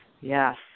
Yes